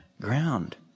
ground